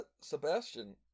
Sebastian